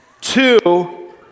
Two